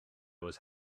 was